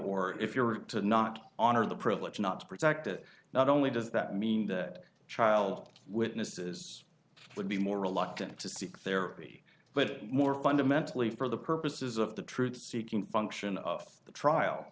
or if you were to not honor the privilege not to protect it not only does that mean that child witnesses would be more reluctant to seek therapy but more fundamentally for the purposes of the truth seeking function of the